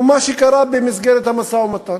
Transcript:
היא מה שקרה במסגרת המשא-ומתן.